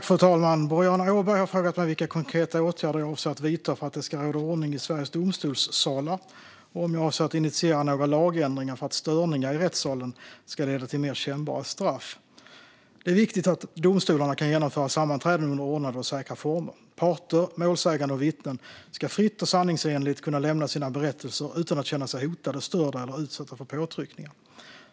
Fru talman! Boriana Åberg har frågat mig vilka konkreta åtgärder jag avser att vidta för att det ska råda ordning i Sveriges domstolssalar och om jag avser att initiera några lagändringar för att störningar i rättssalen ska leda till mer kännbara straff. Det är viktigt att domstolarna kan genomföra sammanträden under ordnade och säkra former. Parter, målsägande och vittnen ska fritt och sanningsenligt kunna lämna sina berättelser utan att känna sig hotade, störda eller utsatta för påtryckningar.